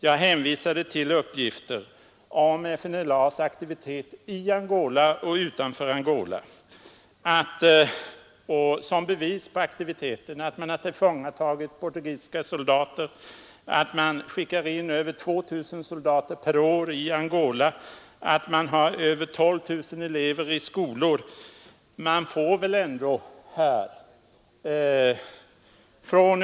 Jag hänvisade till uppgifter om FNLA:s aktivitet i Angola och utanför Angola, och som bevis på aktiviteterna anförde jag att portugisiska soldater hade tillfångatagits, att över 2 000 soldater per år skickats in i Angola och att det i Angola fanns över 12 000 elever i skolor.